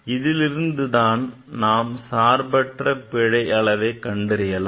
இதிலிருந்து நாம் சார்பற்ற பிழை அளவை கண்டறியலாம்